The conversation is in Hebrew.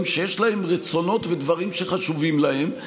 שיש להם רצונות ודברים שחשובים להם.